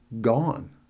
Gone